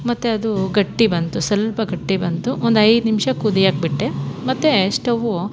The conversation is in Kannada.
ಮತ್ತು ಅದು ಗಟ್ಟಿ ಬಂತು ಸಲ್ಪ ಗಟ್ಟಿ ಬಂತು ಒಂದೈದು ನಿಮಿಷ ಕುದಿಯಕೆ ಬಿಟ್ಟೆ ಮತ್ತು ಸ್ಟೌವು